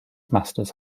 masters